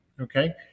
Okay